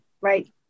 right